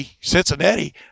Cincinnati